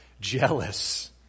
jealous